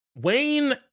Wayne